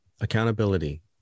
accountability